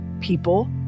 people